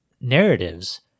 narratives